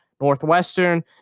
Northwestern